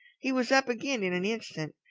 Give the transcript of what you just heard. he was up again in an instant,